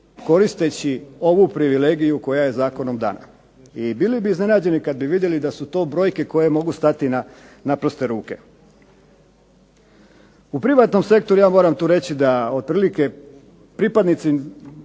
koristeći ovu privilegiju koja je zakonom dana. I bili bi iznenađeni kad bi vidjeli da su to brojke koje mogu stati na prste ruke. U privatnom sektoru ja moram tu reći da otprilike pripadnici